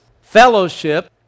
fellowship